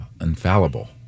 infallible